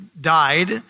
died